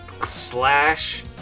slash